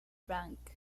bank